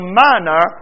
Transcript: manner